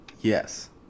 yes